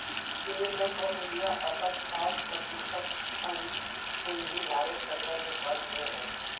union Bank of India अपन साठ प्रतिशत अंश पूंजी भारत सरकार के पास दे हइ